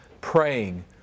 praying